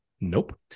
Nope